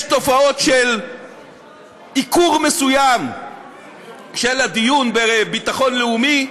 יש תופעות של עיקור מסוים של הדיון בביטחון לאומי.